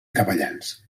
capellans